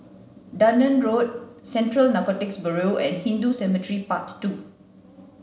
Dunearn Road Central Narcotics Bureau and Hindu Cemetery Path two